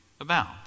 abound